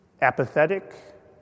apathetic